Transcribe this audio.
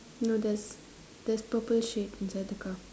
no there there is purple shape inside the car